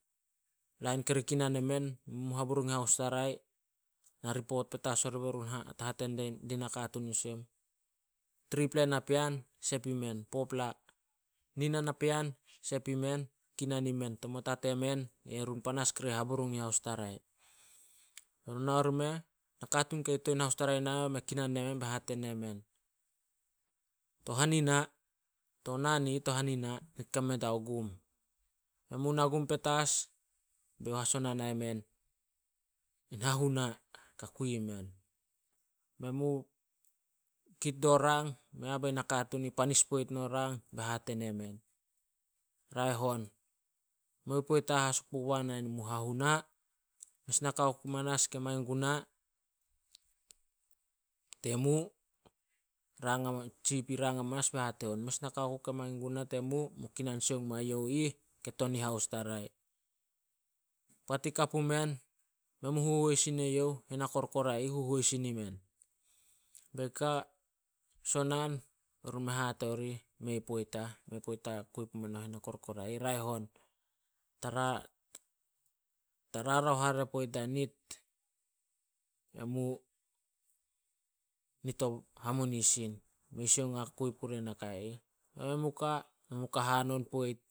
Lain kiri kinan emen haburung haustarai, na ri pot petas orih be run ha- hate din nakatuun i ih olsem, tripla napean sep imen, nina napean sep imen, kinan imen tomo ta temen, erun panas kari haburung in haustarai. Be run nao rimeh. Nakatuun kei to in haustarai nameh kinan nemen be hate nemen, "To hanina, to naan i ih to hanina, nit kame deo gum." Men mu a gum petas be youh haso nai men in hanuna ka kui men. Kit dio rang, mei ah bei nakatuun i ih panis poit no rang, be hate ne-men, "Raeh on mei poit ah haso puguana mu o hahuna, mes naka oku manas ke mangin guna, temu." Chief i rang amamas be hate on, "Mes nakao ku ke mangin guna temu, mu kinan sioung mai youh ih, ke to nin haustarai. Poat i ka pumen, men mu huhois sin e youh, henekorkora ih, huhois sin imen. Bei ka, mes o naan, be run me hate orih, "Mei poit ah. Mei poit ah kui pumen henekorkora in. Raeh on, ta rarao hare poit die nit, emu, nit o hamunisin. Mei sioung ah kui puria nit nakai ih." Men mu ka, men mu ka hanon poit.